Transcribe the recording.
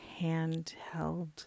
handheld